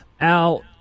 Al